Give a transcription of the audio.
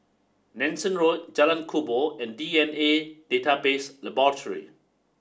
Nanson Road Jalan Kubor and D N A Database Laboratory